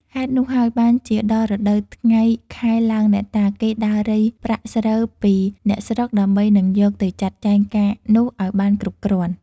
ហេតុនោះហើយ បានជាដល់រដូវថ្ងៃ ខែឡើងអ្នកតា គេដើររៃប្រាក់ស្រូវពីអ្នកស្រុក ដើម្បីនឹងយក ទៅចាត់ចែងការនោះ ឲ្យបានគ្រប់គ្រាន់។